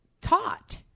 taught